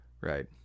right